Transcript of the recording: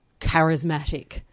charismatic